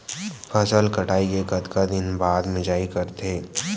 फसल कटाई के कतका दिन बाद मिजाई करथे?